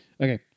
Okay